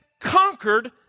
conquered